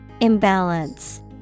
Imbalance